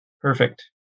Perfect